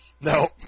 No